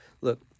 Look